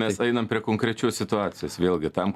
mes einam prie konkrečios situacijos vėlgi tam